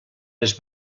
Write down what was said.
les